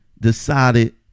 decided